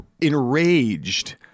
enraged